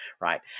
right